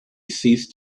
ceased